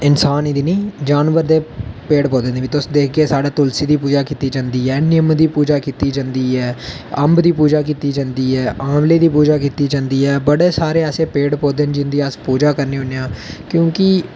सिर्फ इंसान ही दी नी जानवर दे पेड़ पौधें दी बी तुस दिक्खगे साढ़े तुलसी दी पूजा कीती जंदी ऐ नीम दी पूजा कीती जंदी ऐ अम्बी दी पूजा कीती जंदी ऐ आंवले दी पूजा कीती जंदी ऐ बड़े सारे ऐसे पेड़ पौधें न जिं'दी अस पूजा करने होन्ने आं क्योंकि